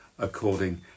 according